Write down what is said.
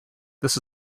this